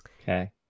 okay